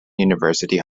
university